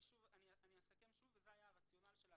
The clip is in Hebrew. אני אסכם שוב וזה היה הרציונל של מה